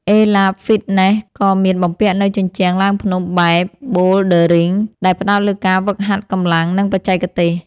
អេឡាប ហ្វ៊ីតណេស ក៏មានបំពាក់នូវជញ្ជាំងឡើងភ្នំបែបប៊ូលឌើរីង ដែលផ្ដោតលើការហ្វឹកហាត់កម្លាំង និងបច្ចេកទេស។